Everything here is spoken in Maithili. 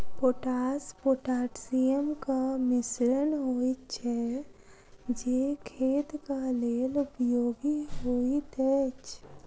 पोटास पोटासियमक मिश्रण होइत छै जे खेतक लेल उपयोगी होइत अछि